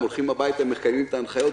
הם הולכים הביתה ומקיימים את ההנחיות.